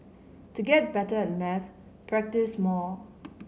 to get better at maths practise more